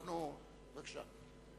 בבקשה.